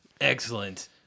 excellent